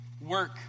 work